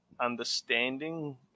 Understanding